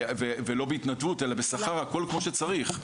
ולא בהתנדבות אל בשכר והכל כמו שצריך.